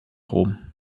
rom